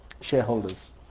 shareholders